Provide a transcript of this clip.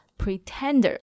pretender